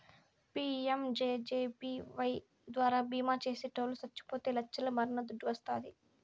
PMJJBY ద్వారా బీమా చేసిటోట్లు సచ్చిపోతే లచ్చల మరణ దుడ్డు వస్తాది